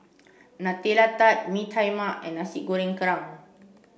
Nutella Tart Mee Tai Mak and Nasi Goreng Kerang